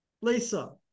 Lisa